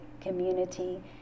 community